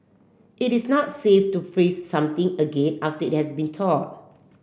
it is not safe to freeze something again after it has been thawed